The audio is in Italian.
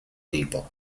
tipo